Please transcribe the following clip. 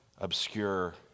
obscure